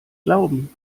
glauben